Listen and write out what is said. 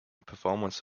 performers